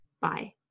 Bye